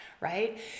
right